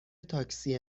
تاکسی